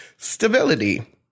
Stability